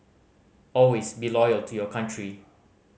always be loyal to your country